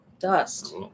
Dust